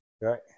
Right